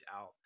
out